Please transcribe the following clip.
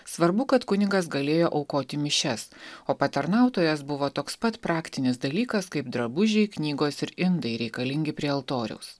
svarbu kad kunigas galėjo aukoti mišias o patarnautojas buvo toks pat praktinis dalykas kaip drabužiai knygos ir indai reikalingi prie altoriaus